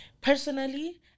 Personally